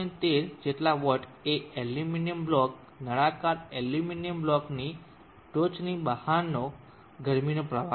13 જેટલા વોટ એ aluminium block નળાકાર એલ્યુમિનિયમ બ્લોકની ટોચની બહારનો ગરમીનો પ્રવાહ છે